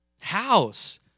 House